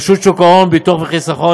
רשות שוק ההון ביטוח וחיסכון,